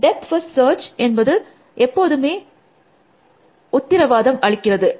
depth first search என்பது எப்போதுமே 4726 உத்திரவாதம் அளிக்கிறது